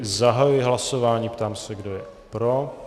Zahajuji hlasování a ptám se, kdo je pro.